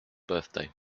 birthday